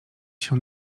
się